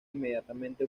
inmediatamente